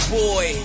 boy